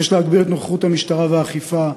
יש להגביר את נוכחות המשטרה ואת האכיפה,